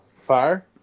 Fire